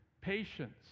patience